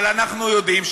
אבל אנחנו יודעים,